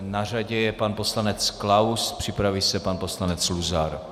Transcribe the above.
Na řadě je pan poslanec Klaus, připraví se pan poslanec Luzar.